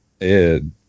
Ed